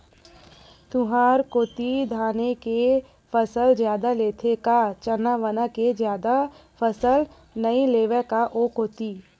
तुंहर कोती धाने के फसल जादा लेथे का चना वना के जादा फसल नइ लेवय का ओ कोती?